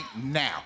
now